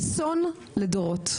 אסון לדורות.